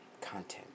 content